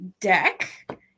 Deck